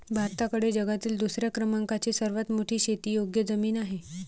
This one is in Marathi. भारताकडे जगातील दुसऱ्या क्रमांकाची सर्वात मोठी शेतीयोग्य जमीन आहे